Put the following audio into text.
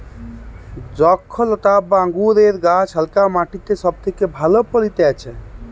দ্রক্ষলতা বা আঙুরের গাছ হালকা মাটিতে সব থেকে ভালো ফলতিছে